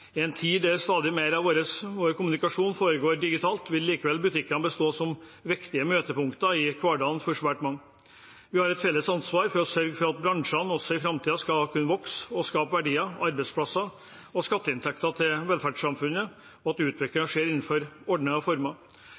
I en tid der stadig mer av vår kommunikasjon foregår digitalt, vil likevel butikkene bestå som viktige møtepunkter i hverdagen for svært mange. Vi har et felles ansvar for å sørge for at bransjene også i framtiden skal kunne vokse og skape verdier, arbeidsplasser og skatteinntekter til velferdssamfunnet, og at utviklingen skjer innenfor ordnede former,